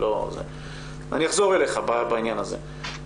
אני אחזור אליך בעניין הזה.